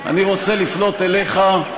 אני רוצה לפנות אליך,